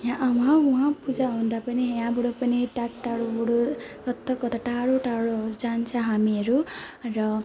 यहाँ वा वहाँ वहाँ पूजा हुँदा पनि यहाँबाट पनि टाढटाढोबाट कत्ता कता टाढोटाढोहरू जान्छ हामीहरू र